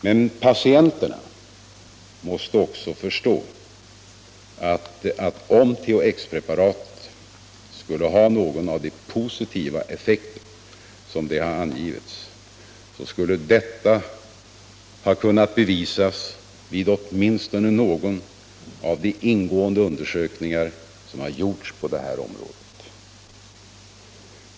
Men patienterna måste också förstå att om THX-preparatet skulle ha någon av de positiva effekter som har angivits skulle detta ha kunnat bevisas vid åtminstone någon av de ingående undersökningar som har gjorts på det här området.